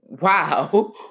Wow